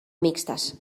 mixtas